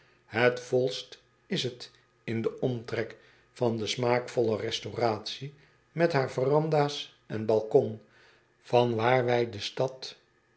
et volst is het in den omtrek van de smaakvolle restauratie met haar veranda s en balkon van waar wij de stad